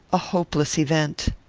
a hopeless event.